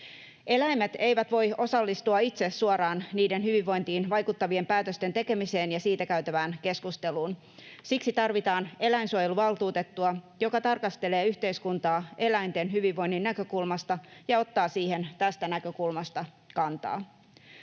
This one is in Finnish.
Eläimet eivät voi osallistua itse suoraan niiden hyvinvointiin vaikuttavien päätösten tekemiseen ja siitä käytävään keskusteluun. Siksi tarvitaan eläinsuojeluvaltuutettua, joka tarkastelee yhteiskuntaa eläinten hyvinvoinnin näkökulmasta ja ottaa siihen tästä näkökulmasta kantaa.